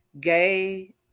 Gay